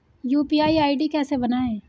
UPI ID कैसे बनाएं?